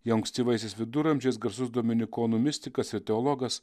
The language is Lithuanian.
jau ankstyvaisiais viduramžiais garsus dominikonų mistikas ir teologas